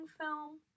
film